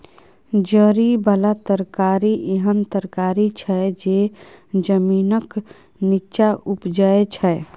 जरि बला तरकारी एहन तरकारी छै जे जमीनक नींच्चाँ उपजै छै